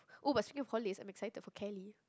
oh but speaking of holidays I'm excited for Cali